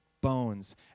bones